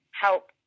help